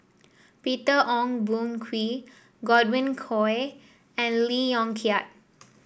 Peter Ong Boon Kwee Godwin Koay and Lee Yong Kiat